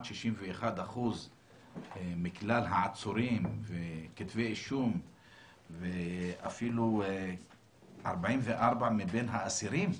61% מכלל העצורים וכתבי אישום ואפילו 44% מבין האסירים,